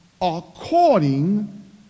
according